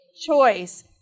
choice